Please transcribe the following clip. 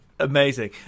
amazing